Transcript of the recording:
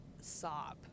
sob